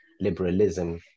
Liberalism